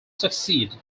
succeed